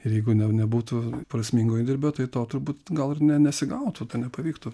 ir jeigu ne nebūtų prasmingo įdirbio tai to turbūt gal ir nesigautų to nepavyktų